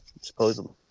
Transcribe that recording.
supposedly